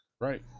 Right